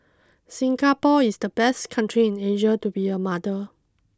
Singapore is the best country in Asia to be a mother